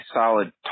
solid